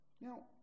Now